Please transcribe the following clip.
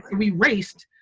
we raced.